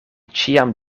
ĉiam